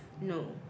No